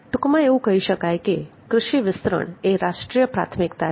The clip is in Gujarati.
ટૂંકમાં એવું કહી શકાય કે કૃષિ વિસ્તરણ એ રાષ્ટ્રીય પ્રાથમિકતા છે